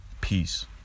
Peace